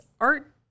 art